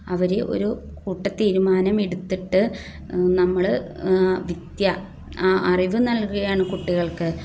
അവർ ഒരു കൂട്ടായ തീരുമാനം എടുത്തിട്ട് നമ്മൾ വിദ്യ ആ അറിവ് നൽകുകയാണ് കുട്ടികൾക്ക്